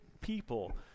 people